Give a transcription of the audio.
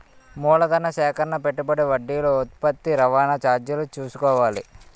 మూలధన సేకరణ పెట్టుబడి వడ్డీలు ఉత్పత్తి రవాణా చార్జీలు చూసుకోవాలి